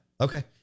Okay